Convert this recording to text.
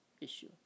issue